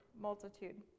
multitude